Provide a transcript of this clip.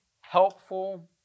helpful